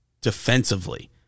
defensively